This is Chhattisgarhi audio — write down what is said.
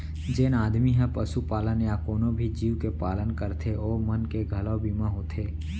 जेन आदमी ह पसुपालन या कोनों भी जीव के पालन करथे ओ मन के घलौ बीमा होथे